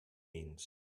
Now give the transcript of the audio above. means